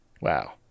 Wow